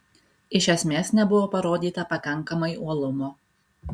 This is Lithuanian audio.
iš esmės nebuvo parodyta pakankamai uolumo